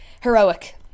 Heroic